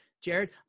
Jared